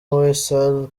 weasal